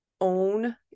own